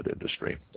industry